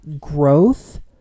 growth